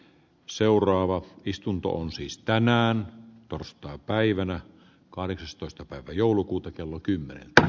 seuraava istunto on siis tänään porstuapäivänä kahdeksastoista joulukuuta kello kymmeneltä